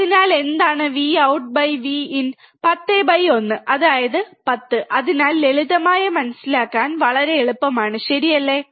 അതിനാൽ എന്താണ് VoutV in 10 by 1 അതായത് 10 അതിനാൽ ലളിതമായി മനസ്സിലാക്കാൻ വളരെ എളുപ്പമാണ് ശരിയല്ലേ